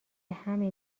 همین